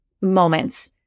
moments